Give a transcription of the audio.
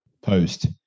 post